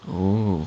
oh